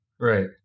right